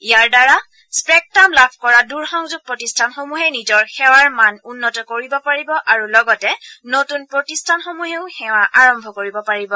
ইয়াৰ দ্বাৰা স্পেকট্টাম লাভ কৰা দূৰসংযোগ প্ৰতিষ্ঠানসমূহে নিজৰ সেৱাৰ মান উন্নত কৰিব পাৰিব আৰু লগতে নতুন প্ৰতিষ্ঠানসমূহেও সেৱা আৰম্ভ কৰিব পাৰিব